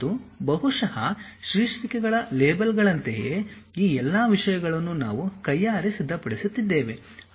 ಮತ್ತು ಬಹುಶಃ ಶೀರ್ಷಿಕೆಗಳ ಲೇಬಲ್ಗಳಂತೆಯೇ ಈ ಎಲ್ಲ ವಿಷಯಗಳನ್ನು ನಾವು ಕೈಯಾರೆ ಸಿದ್ಧಪಡಿಸುತ್ತಿದ್ದೇವೆ